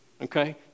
Okay